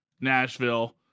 Nashville